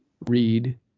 read